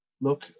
look